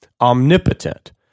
omnipotent